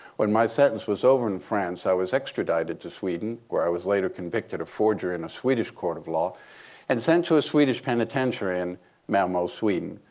when my sentence was over in france, i was extradited to sweden where i was later convicted of forgery in a swedish court of law and sent to a swedish penitentiary in malmo, sweden.